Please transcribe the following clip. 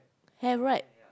have right